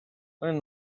learn